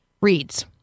reads